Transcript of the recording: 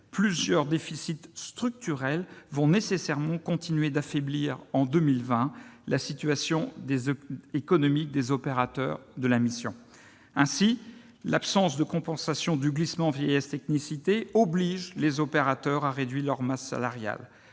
plusieurs déficits structurels vont nécessairement continuer, en 2020, d'affaiblir la situation économique des opérateurs de la mission. Ainsi, l'absence de compensation du glissement vieillesse-technicité oblige les opérateurs à réduire leur masse salariale.